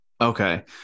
Okay